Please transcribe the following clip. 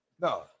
no